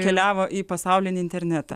keliavo į pasaulinį internetą